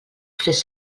fes